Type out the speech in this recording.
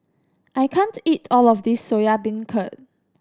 I can't eat all of this Soya Beancurd